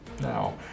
now